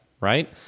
Right